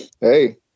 hey